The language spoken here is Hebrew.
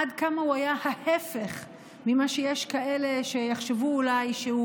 עד כמה הוא היה ההפך ממה שיש כאלה שיחשבו אולי שהוא,